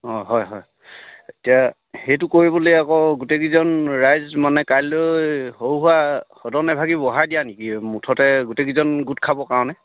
অঁ হয় হয় এতিয়া সেইটো কৰিবলৈ আকৌ গোটেইকেইজন ৰাইজ মানে কাইলৈ সৰু সুৰা সদন এভাগি বহাই দিয়া নেকি মুঠতে গোটেইকেইজন গোট খাবৰ কাৰণে